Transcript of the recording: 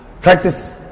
practice